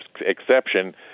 exception